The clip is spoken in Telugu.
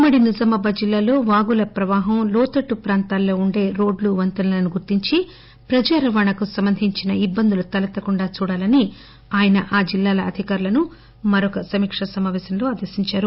ఉమ్మడి నిజామాబాద్ జిల్లాలో వాగుల ప్రవాహంలోతట్టు ప్రాంతాల్లో ఉండే రోడ్లు వంతెనలు గుర్తించి ప్రజా రవాణాకు సంబంధించిన ఇబ్బందులు తలెత్తకుండా చూడాలన్ని ఆయన ఆ జిల్లాల అధికారులను మరో సమీకా సమాపేశంలో ఆదేశించారు